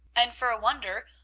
and, for a wonder,